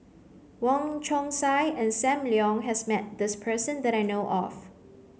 Wong Chong Sai and Sam Leong has met this person that I know of